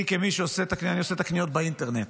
אני, כמי שעושה את הקניות באינטרנט,